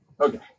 Okay